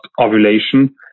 ovulation